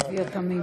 באבי התמים.